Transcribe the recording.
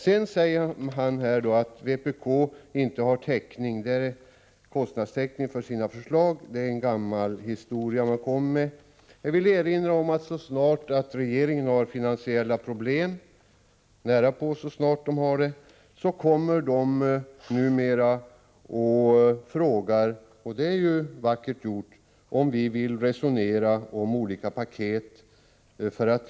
Rune Johansson säger vidare att vpk inte har kostnadstäckning för sina förslag. Det är ett gammalt påstående som han då gör. Jag vill erinra om att regeringen så snart den har finansiella problem numera frågar oss — och det är ju vackert gjort — om vi vill resonera om olika paket.